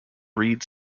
reid